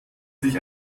sich